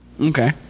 Okay